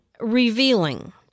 revealing—